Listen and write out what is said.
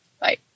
Bye